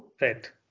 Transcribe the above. Right